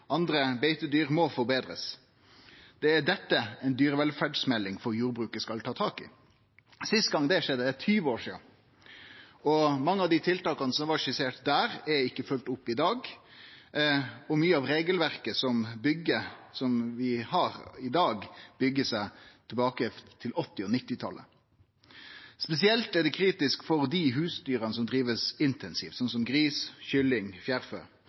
andre beitedyr må forbetrast. Det er dette ei dyrevelferdsmelding for jordbruket skal ta tak i. Den siste gongen det skjedde, var for 20 år sidan. Mange av dei tiltaka som blei skisserte der, er ikkje følgde opp i dag, og mykje av regelverket vi har i dag, går tilbake til 1980- og 1990-talet. Spesielt er det kritisk for dei husdyra som blir drivne intensivt, sånn som gris, kylling